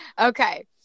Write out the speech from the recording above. Okay